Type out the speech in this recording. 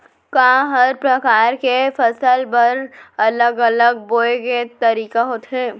का हर प्रकार के फसल बर अलग अलग बोये के तरीका होथे?